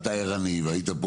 אתה ערני, והיית פה